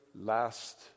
last